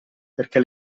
perché